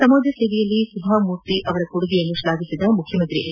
ಸಮಾಜ ಸೇವೆಯಲ್ಲಿ ಸುಧಾಮೂರ್ತಿ ಅವರ ಕೊಡುಗೆ ಶ್ಲಾಘಿಸಿದ ಮುಖ್ಯಮಂತ್ರಿ ಎಚ್